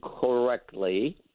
correctly